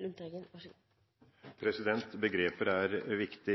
er viktig.